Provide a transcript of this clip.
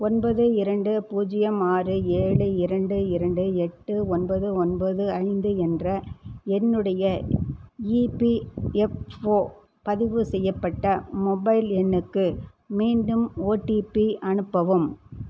ஒன்பது இரண்டு பூஜ்ஜியம் ஆறு ஏழு இரண்டு இரண்டு எட்டு ஒன்பது ஒன்பது ஐந்து என்ற என்னுடைய இபிஎஃப்ஓ பதிவு செய்யப்பட்ட மொபைல் எண்ணுக்கு மீண்டும் ஓடிபி அனுப்பவும்